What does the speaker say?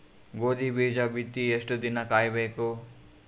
ಗೋಧಿ ಬೀಜ ಬಿತ್ತಿ ಎಷ್ಟು ದಿನ ಕಾಯಿಬೇಕು?